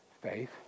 faith